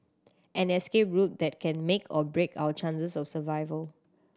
an escape route that can make or break our chances of survival